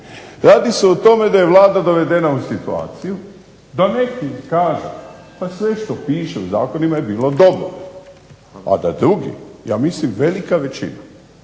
Radi se o tome da je Vlada dovedena u situaciju da neki kažu pa sve što piše u zakonima je bilo dobro, a da drugi, ja mislim velika većina,